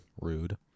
Rude